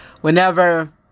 whenever